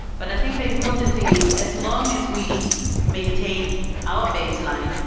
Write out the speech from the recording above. but i think the important thing is as long as we maintain our baseline,